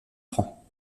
francs